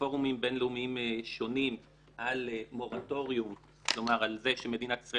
בפורומים בינלאומיים שונים על מורטוריום כלומר על זה שמדינת ישראל